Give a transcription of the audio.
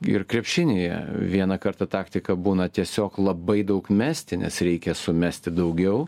ir krepšinyje vieną kartą taktika būna tiesiog labai daug mesti nes reikia sumesti daugiau